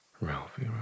Ralphie